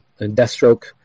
Deathstroke